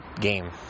game